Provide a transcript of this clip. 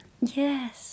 Yes